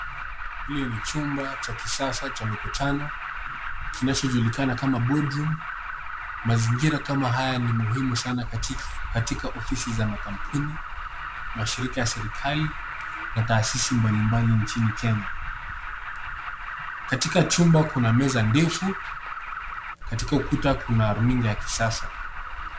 Hili ni chumba cha kisasa cha mikutano kinachojulikana kama boardroom . Mazingira kama haya ni muhimu sana katika ofisi za makampuni, mashirika ya serikali na taasisi mbali mbali nchini Kenya. Katika chumba kuna meza ndefu. Katika ukuta kuna runinga ya kisasa.